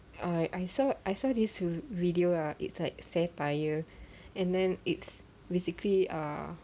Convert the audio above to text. I I saw I saw these two video ah it's like satire and then it's basically ah